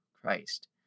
Christ